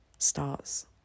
starts